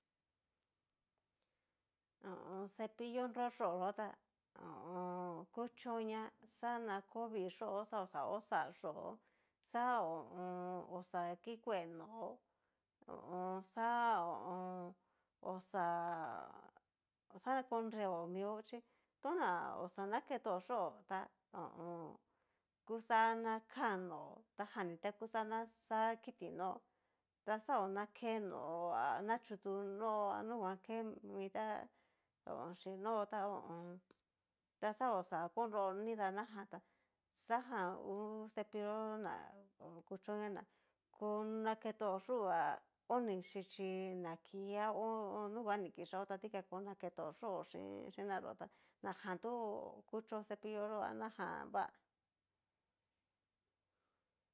Ho o on. cepillo nro yó'o yó tá kuchoña xana ko vii yo'ó xa oxa kó xa yo'ó xa ho o on. oxa kikue nó ho o on. xa ho o on. konreo mio chí tona oxa naketo yo'ó ta ho o on. kuxá na kán nó'o, tajan ni ta kuxá na xá kiti nó'o ta xao na ke no'ó, ha nayutu nó a nuguan que mitá xhín nó'o ta ho o on. ta xa oxa konro nidá najan tá xaján ngu cepillo ná kuchoña ná ku naketó yú'o a oni xhichí na kii, a to nucguan ni kixao ta dikán kó naketó yo'ó xhín na yó tá najan tu kuchó cepillo yó a najan vá.